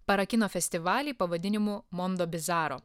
parakino festivalį pavadinimu mondobizaro